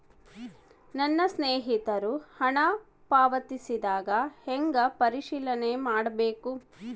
ನನ್ನ ಸ್ನೇಹಿತರು ಹಣ ಪಾವತಿಸಿದಾಗ ಹೆಂಗ ಪರಿಶೇಲನೆ ಮಾಡಬೇಕು?